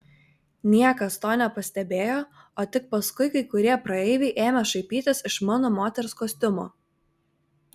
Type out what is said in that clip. niekas to nepastebėjo o tik paskui kai kurie praeiviai ėmė šaipytis iš mano moters kostiumo